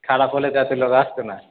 খারাপ হলে তো এত লোক আসত না